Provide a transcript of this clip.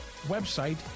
website